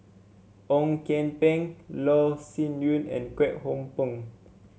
Ong Kian Peng Loh Sin Yun and Kwek Hong Png